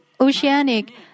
Oceanic